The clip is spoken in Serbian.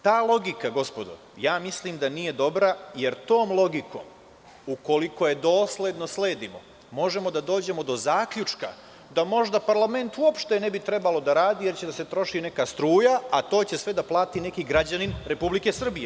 Ta logika, gospodo, mislim da nije dobra, jer tom logikom, ukoliko je dosledno sledimo, možemo da dođemo do zaključka da možda parlament uopšte ne bi trebalo da radi jer će da se troši neka struja, a to će sve da plati neki građanin Republike Srbije.